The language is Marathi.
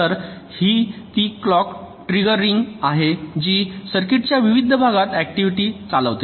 तर ही ती क्लॉक ट्रिगरइंग आहे जी सर्किटच्या विविध भागात ऍक्टिव्हिटी चालविते